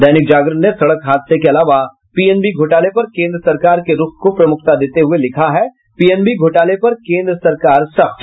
दैनिक जागरण ने सड़क हादसे के अलावा पीएनबी घोटाले पर केन्द्र सरकार के रूख को प्रमुखता देते हुये लिखा है पीएनबी घोटाले पर केन्द्र सरकार सख्त